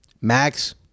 Max